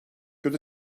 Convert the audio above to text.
göz